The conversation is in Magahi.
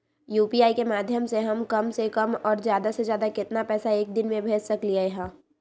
यू.पी.आई के माध्यम से हम कम से कम और ज्यादा से ज्यादा केतना पैसा एक दिन में भेज सकलियै ह?